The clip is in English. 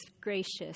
gracious